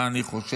מה אני חושב,